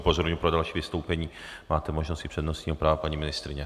Upozorňuji, pro další vystoupení máte možnost přednostního práva, paní ministryně.